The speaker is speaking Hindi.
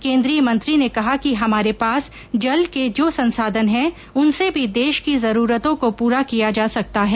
केन्द्रीय मंत्री ने कहा कि हमारे पास जल के जो संसाधन है उनसे भी देश की जरूरतों को पूरा किया जा सकता है